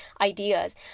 ideas